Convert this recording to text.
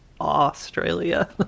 Australia